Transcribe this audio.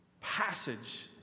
passage